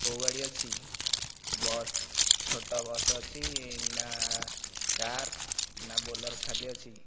କେଉଁ ଗାଡ଼ି ଅଛି ବସ୍ ଛୋଟ ବସ୍ ଅଛି ନା କାର୍ ନା ବୋଲରୋ ଖାଲି ଅଛି